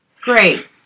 Great